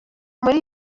muri